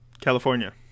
California